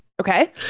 Okay